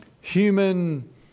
human